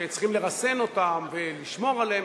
שצריכים לרסן אותם ולשמור עליהם,